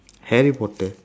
harry potter